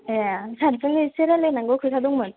ए सारजों एसे रायलायनांगौ खोथा दंमोन